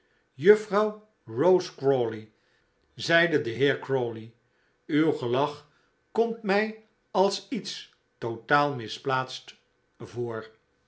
juffrouw rose crawley zeide de heer crawley uw gelach komt mij als iets totaal misplaatst voor